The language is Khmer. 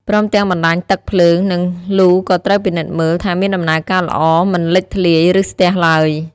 ព្រមទាំងបណ្តាញទឹក ភ្លើង និងលូក៏ត្រូវពិនិត្យមើល ថាមានដំណើរការល្អ មិនលេចធ្លាយ ឬស្ទះឡើយ។